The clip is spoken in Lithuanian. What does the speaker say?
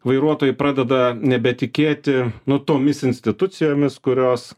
vairuotojai pradeda nebetikėti nu tomis institucijomis kurios